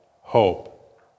hope